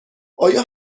آیا